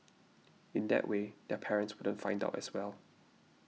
in that way their parents wouldn't find out as well